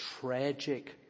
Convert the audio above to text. tragic